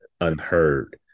unheard